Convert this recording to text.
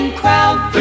crowd